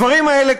הדברים האלה,